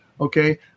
Okay